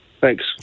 Thanks